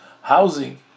housing